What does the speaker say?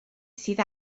sydd